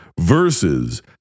Versus